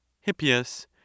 Hippias